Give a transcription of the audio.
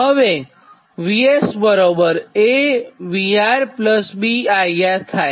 હવે VS AVR BIR થાય